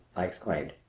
i exclaimed.